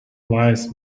lies